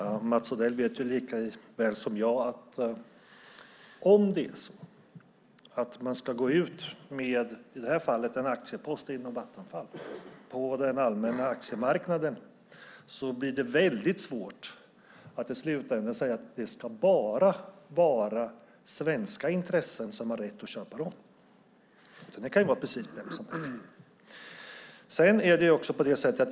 Fru talman! Mats Odell vet lika väl som jag att om man ska gå ut med en aktiepost i Vattenfall på den allmänna aktiemarknaden kommer det att vara väldigt svårt att säga att bara svenska intressen ska ha rätt att köpa dem, utan det kan vem som helst göra.